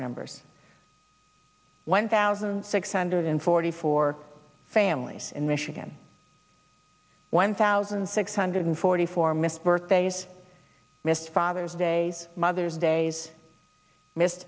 members one thousand six hundred forty four families in michigan one thousand six hundred forty four missed birthdays missed father's days mother's days missed